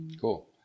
Cool